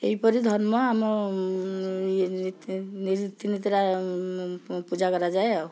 ଏହିପରି ଧର୍ମ ଆମ ରୀତି ରୀତିନୀତିରେ ପୂଜା କରାଯାଏ ଆଉ